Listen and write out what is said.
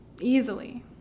easily